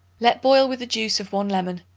let boil with the juice of one lemon,